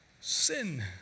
Sin